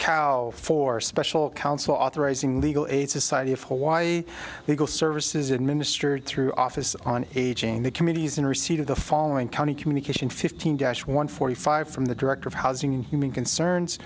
cow for special counsel authorizing legal aid society of hawaii legal services and minister through office on aging the committees in receipt of the following county communication fifteen dash one forty five from the director of housing and human concerns